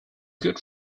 good